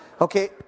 okay